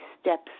steps